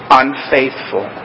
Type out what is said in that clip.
unfaithful